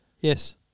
Yes